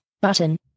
button